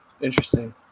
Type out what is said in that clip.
Interesting